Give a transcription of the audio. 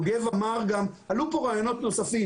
עלו גם רעיונות נוספים,